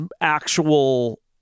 actual